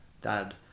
dad